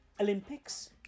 olympics